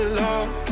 love